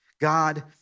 God